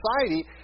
society